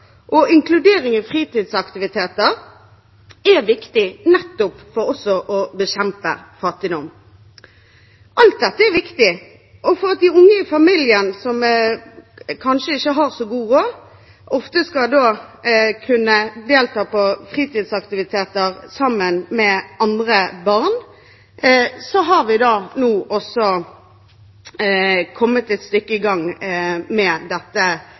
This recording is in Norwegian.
og inkludering i fritidsaktiviteter er viktig for å bekjempe fattigdom. Alt dette er viktig. For at de unge i familier som kanskje ikke har så god råd, skal kunne delta på fritidsaktiviteter sammen med andre barn, har vi nå kommet et stykke på vei med dette